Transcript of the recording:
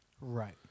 Right